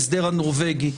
ההסדר הנורבגי,